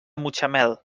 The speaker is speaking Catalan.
mutxamel